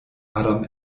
adam